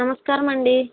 నమస్కారమండీ